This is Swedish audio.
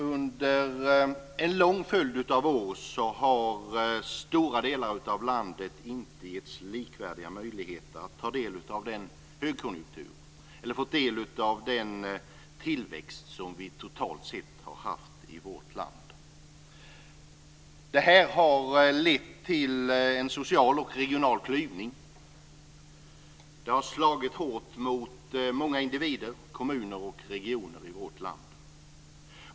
Under en lång följd av år har stora delar av landet inte getts likvärdiga möjligheter att ta del av den högkonjunktur eller fått del av den tillväxt som vi totalt sett har haft i vårt land. Det har lett till en social och regional klyvning. Det har slagit hårt mot många individer, kommuner och regioner i vårt land.